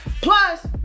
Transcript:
Plus